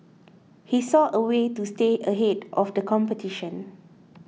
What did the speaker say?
he saw a way to stay ahead of the competition